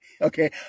Okay